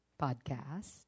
podcast